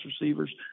receivers